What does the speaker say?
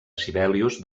sibelius